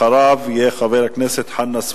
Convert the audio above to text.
אחריו יהיה חבר הכנסת חנא סוייד.